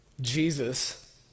Jesus